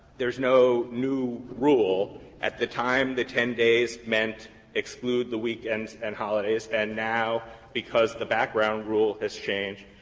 there's no new rule at the time the ten days meant exclude the weekends and holidays, and now because the background rule has changed,